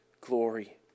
glory